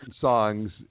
songs